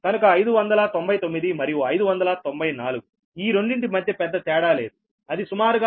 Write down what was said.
కనుక 599 మరియు 594 ఈ రెండింటి మధ్య పెద్ద తేడా లేదు అది సుమారుగా 12